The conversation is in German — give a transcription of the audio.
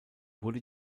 wurde